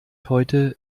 heute